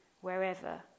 wherever